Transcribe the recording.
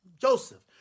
Joseph